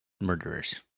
murderers